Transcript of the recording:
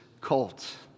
cult